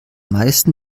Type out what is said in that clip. meisten